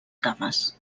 cames